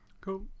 Cool